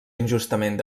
injustament